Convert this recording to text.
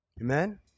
Amen